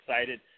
excited